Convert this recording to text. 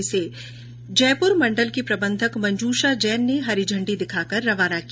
जिसे जयपुर मण्डल की प्रबंधक मंजूषा जैन ने हरी झंडी दिखाकर रवाना किया